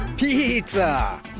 Pizza